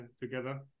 together